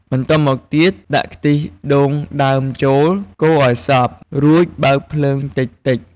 បន្ទាប់មកទៀត ដាក់ខ្ទិះដូងដើមចូល កូរឲ្យសព្វ រួចបើកភ្លើងតិចៗ។